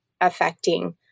affecting